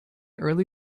early